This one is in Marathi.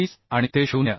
22 आणि ते 0